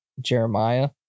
Jeremiah